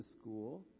school